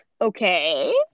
Okay